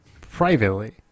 privately